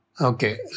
Okay